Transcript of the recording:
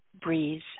breeze